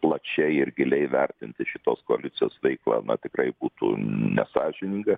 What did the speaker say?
plačiai ir giliai vertinti šitos koalicijos veiklą tikrai būtų nesąžininga